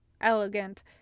elegant